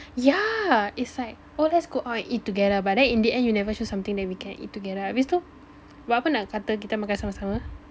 yeah it's like oh let's go out and eat together but then in the end you never show something that we can eat together right habis tu buat apa nak kata kita makan sama-sama